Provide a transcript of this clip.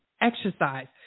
exercise